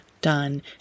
done